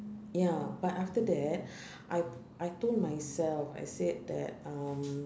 ya but after that I I told myself I said that um